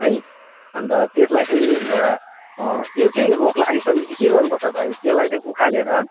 है अन्त त्यसलाई पनि एउटा त्यो चाहिँ रोग लागिसकेपछि के गर्नुपर्छ भाइ त्यसलाई चाहिँ उखालेर